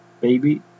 baby